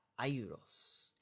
ayuros